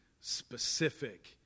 specific